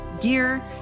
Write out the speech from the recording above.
gear